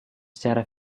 secara